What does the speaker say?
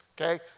Okay